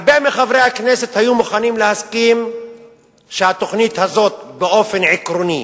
הרבה מחברי הכנסת היו מוכנים להסכים שהתוכנית הזאת באופן עקרוני,